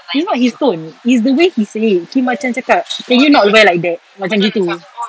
it's not his tone it's the way he say it he macam cakap can you not wear like that macam gitu